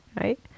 right